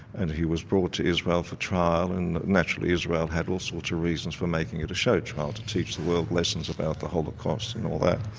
and he was brought to israel for trial, and naturally israel had all sorts of reasons for making it a show trial, to teach the world lessons about the holocaust and all that.